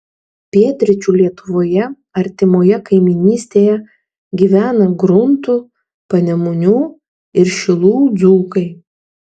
pietryčių lietuvoje artimoje kaimynystėje gyvena gruntų panemunių ir šilų dzūkai